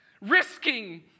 Risking